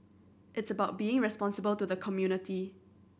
it's about being responsible to the community